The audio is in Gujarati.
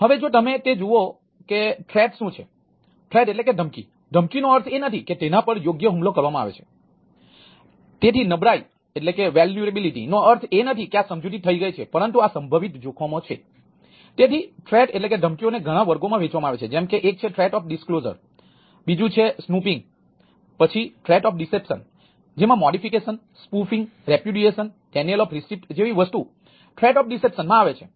હવે જો તમે તે જુઓ કે ધમકીઓ જેવી વસ્તુ થ્રેટ ઓફ ડિસેપ્શનમાં આવે છે